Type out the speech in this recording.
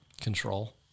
control